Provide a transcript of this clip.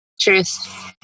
Truth